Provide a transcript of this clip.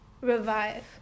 revive